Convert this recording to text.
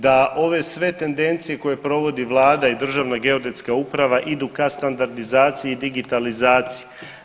Da ove sve tendencije koje provodi vlada i Državna geodetska uprave idu ka standardizaciji i digitalizaciji.